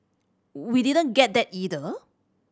we didn't get that either